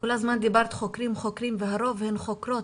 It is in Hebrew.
כל הזמן אמרת חוקרים וחוקרים והרוב הן חוקרות,